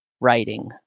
writing